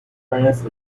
furnace